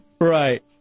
Right